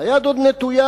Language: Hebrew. היד עוד נטויה.